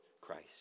Christ